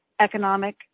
economic